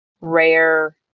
rare